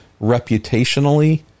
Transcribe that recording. reputationally